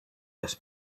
this